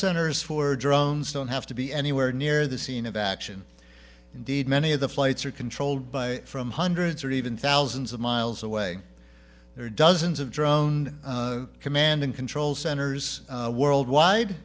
centers for drones don't have to be anywhere near the scene of action indeed many of the flights are controlled by from hundreds or even thousands of miles away there are dozens of drone command and control centers worldwide